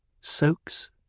Soaks